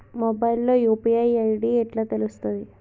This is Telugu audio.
మొబైల్ లో యూ.పీ.ఐ ఐ.డి ఎట్లా తెలుస్తది?